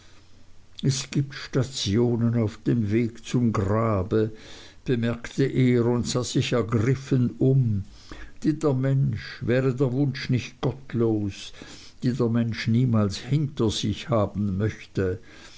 es gibt stationen auf dem wege zum grabe bemerkte er und sah sich ergriffen um die der mensch wäre der wunsch nicht gottlos die der mensch niemals hinter sich haben möchte